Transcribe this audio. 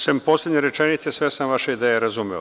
Sem poslednje rečenice, sve sam vaše ideje razumeo.